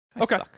Okay